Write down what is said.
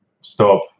Stop